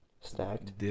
stacked